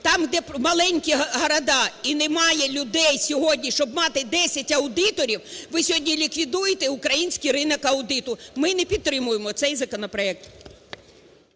там, де маленькі города. І немає людей сьогодні, щоб мати 10 аудиторів, ви сьогодні ліквідуєте український ринок аудиту. Ми не підтримуємо цей законопроект.